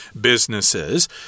businesses